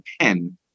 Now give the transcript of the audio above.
pen